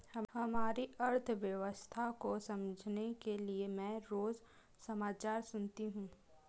हमारी अर्थव्यवस्था को समझने के लिए मैं रोज समाचार सुनती हूँ